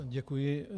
Děkuji.